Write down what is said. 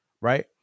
right